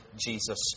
Jesus